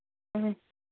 ꯎꯝ